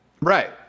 Right